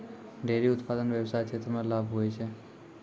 dairy उप्तादन व्याबसाय क्षेत्र मे लाभ हुवै छै